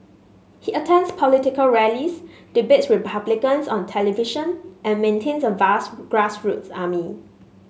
he attends political rallies debates Republicans on television and maintains a vast grassroots army